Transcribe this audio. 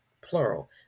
plural